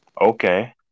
Okay